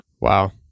Wow